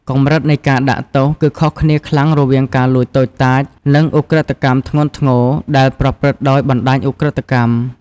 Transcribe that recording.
កម្រិតនៃការដាក់ទោស គឺខុសគ្នាខ្លាំងរវាងការលួចតូចតាច និងឧក្រិដ្ឋកម្មធ្ងន់ធ្ងរដែលប្រព្រឹត្តដោយបណ្តាញឧក្រិដ្ឋកម្ម។